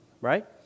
right